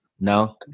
no